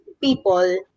people